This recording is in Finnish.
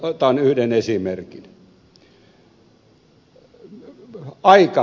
otan yhden esimerkin aikatekijästä